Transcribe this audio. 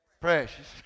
precious